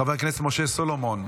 חבר הכנסת משה סולומון,